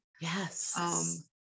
yes